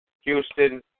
Houston